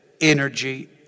energy